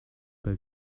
pas